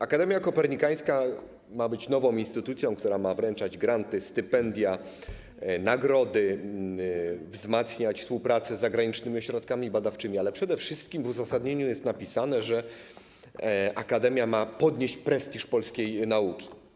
Akademia Kopernikańska ma być nową instytucją, która ma wręczać granty, stypendia, nagrody, wzmacniać współpracę z zagranicznymi ośrodkami badawczymi, ale przede wszystkim, co jest napisane w uzasadnieniu, ma podnieść prestiż polskiej nauki.